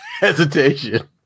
hesitation